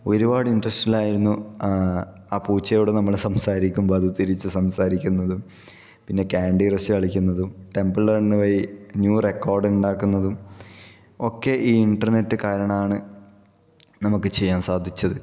ഒരുപാട് ഇൻട്രസ്റ്റിലായിരുന്നു ആ പൂച്ചയോട് നമ്മൾ സംസാരിക്കുമ്പോൾ അത് തിരിച്ചു സംസാരിക്കുന്നതും പിന്നെ കാൻഡി ക്രഷ് കളിക്കുന്നതും ടെമ്പിൾ റണ് വഴി ന്യൂ റെക്കോഡ് ഉണ്ടാക്കുന്നതും ഒക്കെ ഈ ഇന്റർനെറ്റ് കാരണാണ് നമുക്ക് ചെയ്യാൻ സാധിച്ചത്